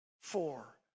four